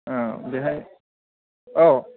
औ बेहाय औ